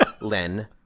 Len